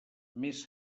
més